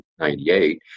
1998